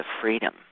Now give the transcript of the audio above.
freedom